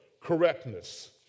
correctness